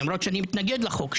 למרות שאני מתנגד לחוק,